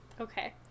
Okay